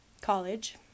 college